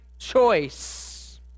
Choice